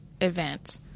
event